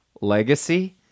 legacy